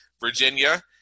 virginia